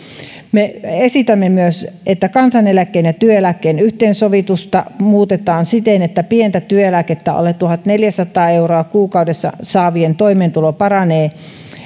me esitämme myös että kansaneläkkeen ja työeläkkeen yhteensovitusta muutetaan siten että pientä työeläkettä alle tuhatneljäsataa euroa kuukaudessa saavien toimeentulo paranee